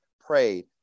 prayed